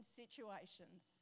situations